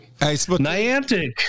Niantic